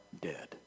dead